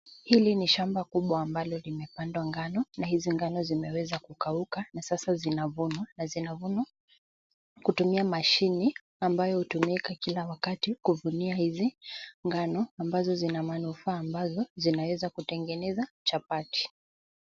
Hili ni shamba kubwa ambalo limepandwa ngano, na hizi ngano zimeweza kukauka na sasa zinavunwa na zinavunwa kutumia mashine ambayo hutumika kila wakati kuvunia hizi ngano, ambazo zina manufaa ambazo zinaeza kutengeneza chapati.